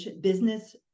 business